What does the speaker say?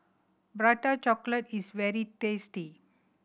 Prata Chocolate is very tasty